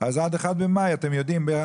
אז עד 1 במאי אתם יודעים ,